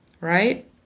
right